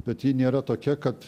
bet ji nėra tokia kad